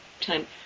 time